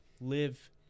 live